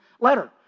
letter